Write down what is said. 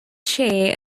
share